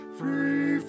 free